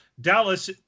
Dallas